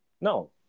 no